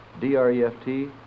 D-R-E-F-T